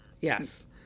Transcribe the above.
Yes